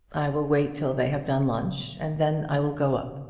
i will wait till they have done lunch, and then i will go up.